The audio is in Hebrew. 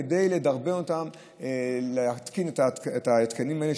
כדי לדרבן אותם להתקין את ההתקנים האלה,